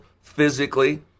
physically